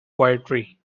poetry